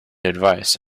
advice